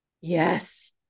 yes